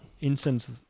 incense